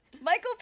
Michael